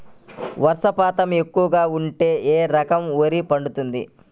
వర్షపాతం ఎక్కువగా ఉంటే ఏ రకం వరి పండుతుంది?